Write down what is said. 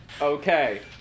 Okay